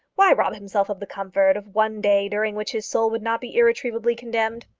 why rob himself of the comfort of one day during which his soul would not be irretrievably condemned?